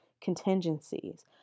contingencies